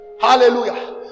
hallelujah